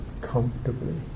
comfortably